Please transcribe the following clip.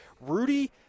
Rudy